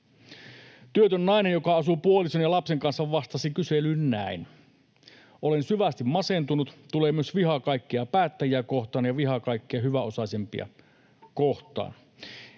Työtön nainen, joka asuu puolison ja lapsen kanssa, vastasi kyselyyn näin: ”Olen syvästi masentunut. Tulee myös viha kaikkia päättäjiä kohtaan ja viha kaikkia hyväosaisempia kohtaan.”